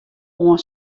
oan